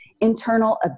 internal